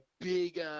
big